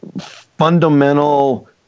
fundamental